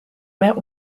met